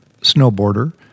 snowboarder